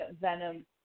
Venom